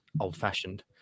old-fashioned